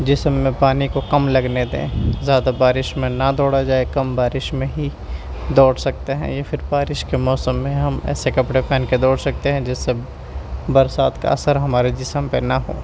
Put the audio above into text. جسم میں پانی کم لگنے دیں زیاد ہ بارش میں نہ دوڑا جائے کم بارش میں ہی دوڑ سکتے ہیں یا پھر بارش کے موسم میں ہم ایسے کپڑے پہن کے دوڑ سکتے ہیں جس سے برسات کا اثر ہمارے جسم پہ نہ ہو